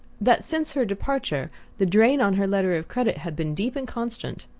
that since her departure the drain on her letter of credit had been deep and constant.